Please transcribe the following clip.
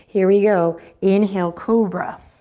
here we go. inhale, cobra.